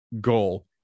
goal